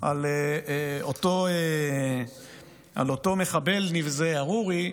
על אותו מחבל נבזה, אל-עארורי,